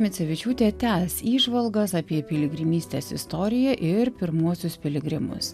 micevičiūtė tęs įžvalgas apie piligrimystės istoriją ir pirmuosius piligrimus